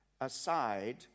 aside